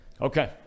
Okay